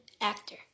actor